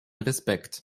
respekt